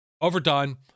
overdone